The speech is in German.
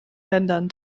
ländern